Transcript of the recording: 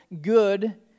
good